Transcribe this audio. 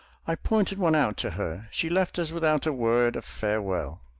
i pointed one out to her. she left us without a word of farewell.